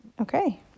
Okay